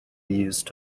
used